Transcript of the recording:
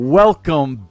welcome